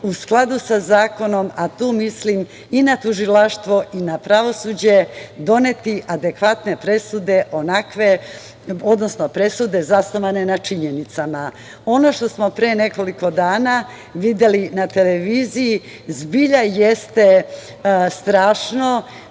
u skladu sa zakonom, a tu mislim i na Tužilaštvo i na pravosuđe, doneti adekvatne presude, odnosno presude zasnovane na činjenicama. Ono što smo, pre nekoliko dana videli na televiziji, zbilja jeste strašno,